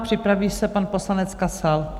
Připraví se pan poslanec Kasal.